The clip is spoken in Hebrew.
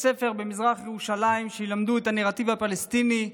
ספר במזרח ירושלים שילמדו את הנרטיב הפלסטיני.